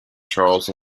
charles